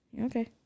okay